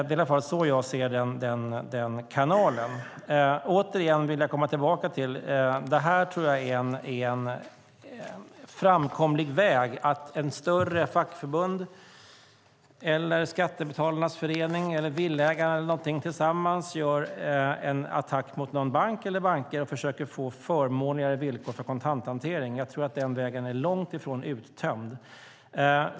Jag vill återigen framhålla att jag tror att en framkomlig väg är att större intresseorganisationer - ett fackförbund, Skattebetalarnas förening, Villaägarna eller någon liknande organisation - tillsammans gör en framstöt mot en eller flera banker och försöker få förmånligare villkor för kontanthantering. Jag tror att den möjligheten är långt ifrån uttömd.